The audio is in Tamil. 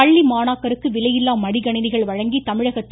பள்ளி மாணாக்கருக்கு விலையில்லா மடிக்கணினிகள் வழங்கி தமிழகத்தில்